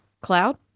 cloud